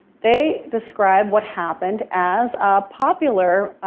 they describe what happened as a popular,